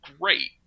great